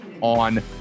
on